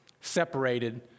separated